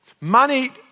Money